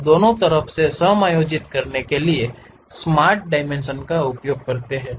हम दोनों तरफ समायोजित करने के लिए स्मार्ट डायमेंशन का उपयोग करते हैं